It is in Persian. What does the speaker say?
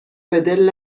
بدل